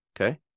Okay